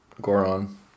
Goron